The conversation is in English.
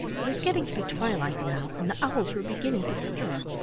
it was getting to be twilight now, and the owls were beginning to stir.